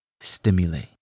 stimulate